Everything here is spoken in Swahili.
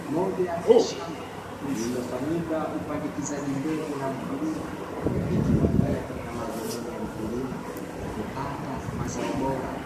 Ni moja ya shamba lililofanyika upandikizaji mbegu na mkulima, ikiwa nia na madhumuni ya mkulima ni kupata mazao bora.